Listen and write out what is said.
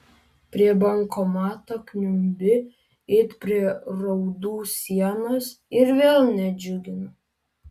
prie bankomato kniumbi it prie raudų sienos ir vėl nedžiugina